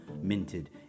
minted